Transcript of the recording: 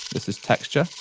this is texture. let's